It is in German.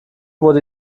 wurde